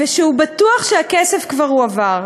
ושהוא בטוח שהכסף כבר הועבר,